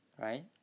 right